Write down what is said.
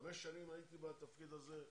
חמש שנים הייתי בתפקיד הזה.